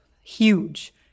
Huge